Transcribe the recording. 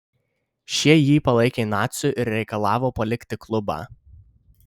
šie jį palaikė naciu ir reikalavo palikti klubą